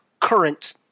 current